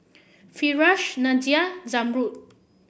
Firash Nadia Zamrud